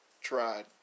tried